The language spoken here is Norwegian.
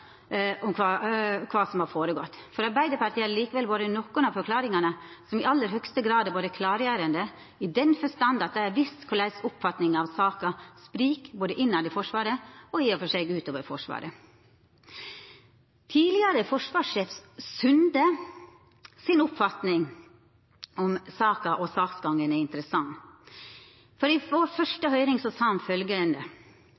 om kva som har gått føre seg. For Arbeidarpartiet har likevel nokre av forklaringane i aller høgaste grad vore klargjerande i den forstand at dei har vist korleis oppfatningane av saka sprikjer både internt i Forsvaret og i og for seg utanfor Forsvaret. Tidlegare forsvarssjef Sunde si oppfatning om så vel saka som saksgangen er interessant. I den første